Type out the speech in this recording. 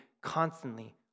constantly